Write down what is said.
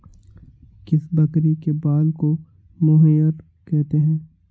किस बकरी के बाल को मोहेयर कहते हैं?